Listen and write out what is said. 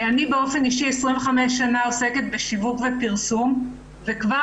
אני באופן אישי 25 שנה עוסקת בשיווק ופרסום וכבר